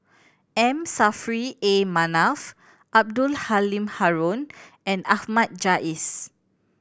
M Saffri A Manaf Abdul Halim Haron and Ahmad Jais